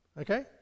okay